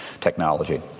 technology